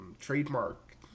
trademark